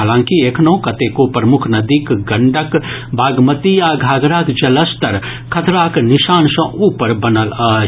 हालांकि एखनहॅ कतेको प्रमुख नदी गंडक बागमती आ घाघराक जलस्तर खतराक निशान सॅ ऊपर बनल अछि